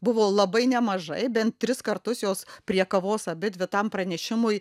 buvo labai nemažai bent tris kartus jos prie kavos abidvi tam pranešimui